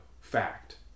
Fact